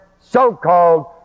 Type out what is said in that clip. so-called